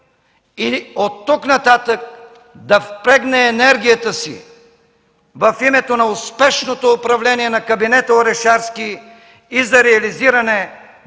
и от тук нататък да впрегне енергията си в името на успешното управление на кабинета Орешарски и за реализиране на